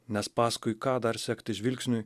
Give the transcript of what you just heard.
nes paskui ką dar sekti žvilgsniui